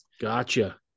gotcha